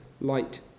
light